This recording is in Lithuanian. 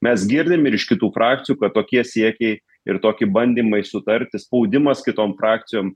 mes girdim ir iš kitų frakcijų kad tokie siekiai ir toki bandymai sutarti spaudimas kitom frakcijom